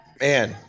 Man